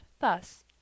thus